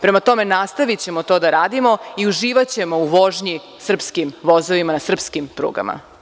Prema tome, nastavićemo to da radimo i uživaćemo u vožnji srpskim vozovima na srpskim prugama.